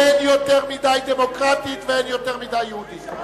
אין יותר מדי דמוקרטית ואין יותר מדי יהודית.